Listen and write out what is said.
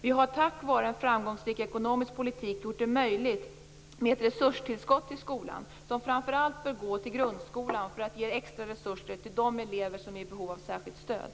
Vi har tack vare en framgångsrik ekonomisk politik gjort ett resurstillskott till skolan möjligt. Det bör framför allt gå till grundskolan, som extra resurser till de elever som är i behov av särskilt stöd.